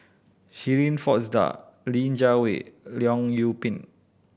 Shirin Fozdar Li Jiawei Leong Yoon Pin